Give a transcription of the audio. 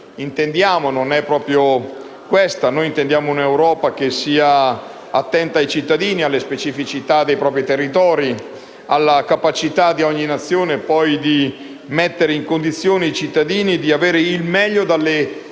non è proprio questa. Noi vogliamo un'Europa che sia attenta ai cittadini, alle specificità dei propri territori, alla capacità di ogni Nazione di mettere in condizione i cittadini di trarre il meglio dalle capacità